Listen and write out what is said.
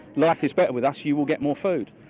life is better with us, you will get more food.